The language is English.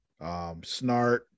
Snart